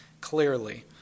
clearly